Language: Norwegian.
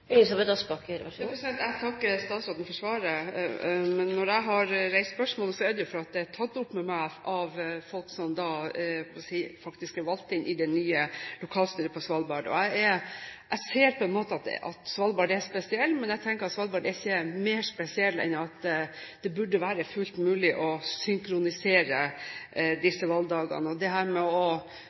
Jeg takker statsråden for svaret. Når jeg har reist spørsmålet, er det fordi det er tatt opp med meg av folk som faktisk er valgt inn i det nye lokalstyret på Svalbard. Jeg ser at Svalbard er spesiell, men jeg tenker at Svalbard ikke er mer spesiell enn at det burde være fullt mulig å synkronisere disse valgdagene. Det å kunne forhåndsstemme fordi man er på flyttefot og på reise, gjelder jo også i aller høyeste grad oss borgere som bor på fastlandet. Så det